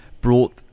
brought